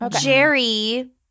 Jerry